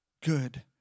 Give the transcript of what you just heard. good